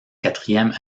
quatrième